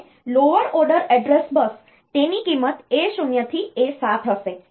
અને lower order address bus તેની કિંમત A0 થી A7 હશે